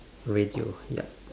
radio yup